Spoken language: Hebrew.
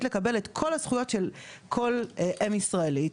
לקבל את כל הזכויות של כל אם ישראלית,